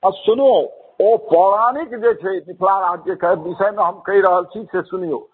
यौ सुनू पौराणिक जे छै मिथिला राज के विषयमे जे हम कहि रहल छी से सुनियौ